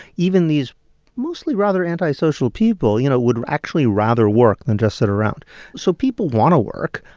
even these mostly rather antisocial people, you know, would actually rather work than just sit around so people want to work.